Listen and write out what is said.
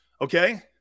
Okay